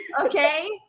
Okay